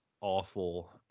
awful